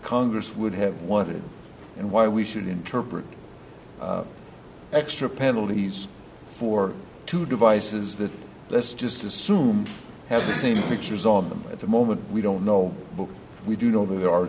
congress would have wanted and why we should interpret extra penalties for two devices that let's just assume have the same pictures on them at the moment we don't know but we do know that there are